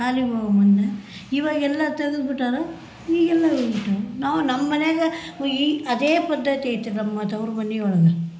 ಶಾಲಿಗ್ ಹೋಗೊ ಮುನ್ನ ಇವಾಗೆಲ್ಲ ತಗದು ಬಿಟ್ಟಾರೆ ಈಗೆಲ್ಲ ಉಂಟು ನಾವು ನಮ್ಮ ಮನೆಯಾಗೆ ಹೋ ಈ ಅದೆ ಪದ್ಧತಿ ಐತೆ ನಮ್ಮ ತವರು ಮನೆ ಒಳಗೆ